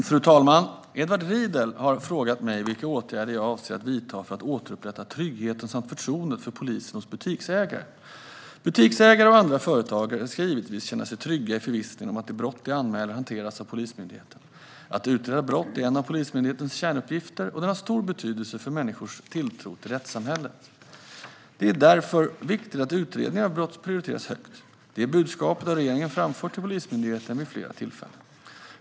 Fru ålderspresident! Edward Riedl har frågat mig vilka åtgärder jag avser att vidta för att återupprätta tryggheten samt förtroendet för polisen hos butiksägare. Butiksägare och andra företagare ska givetvis känna sig trygga i förvissningen om att de brott de anmäler hanteras av Polismyndigheten. Att utreda brott är en av Polismyndighetens kärnuppgifter, och den har stor betydelse för människors tilltro till rättssamhället. Det är därför viktigt att utredningar av brott prioriteras högt. Det budskapet har regeringen framfört till Polismyndigheten vid flera tillfällen.